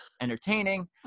entertaining